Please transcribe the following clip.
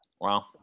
Wow